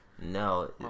No